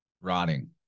rotting